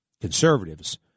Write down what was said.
conservatives